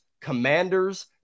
Commanders